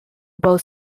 both